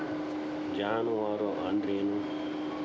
ಜಾನುವಾರು ಅಂದ್ರೇನು?